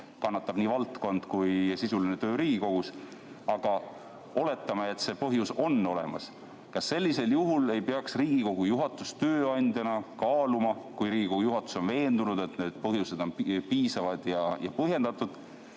kannatab nii valdkond kui ka sisuline töö Riigikogus, aga oletame, et see põhjus on olemas. Kas sellisel juhul ei peaks Riigikogu juhatus tööandjana kaaluma, kui nad on veendunud, et need põhjused on piisavad ja põhjendatud,